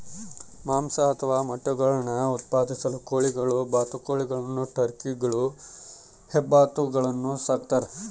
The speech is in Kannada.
ಮಾಂಸ ಅಥವಾ ಮೊಟ್ಟೆಗುಳ್ನ ಉತ್ಪಾದಿಸಲು ಕೋಳಿಗಳು ಬಾತುಕೋಳಿಗಳು ಟರ್ಕಿಗಳು ಹೆಬ್ಬಾತುಗಳನ್ನು ಸಾಕ್ತಾರ